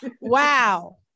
Wow